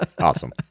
Awesome